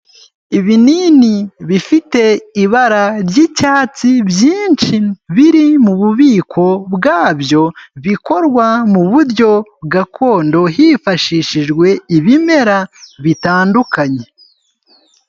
Ibinini bifite ibara ry'icyatsi, byinshi, biri mu bubiko bwabyo, bikorwa mu buryo gakondo, hifashishijwe ibimera bitandukanye.